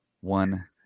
one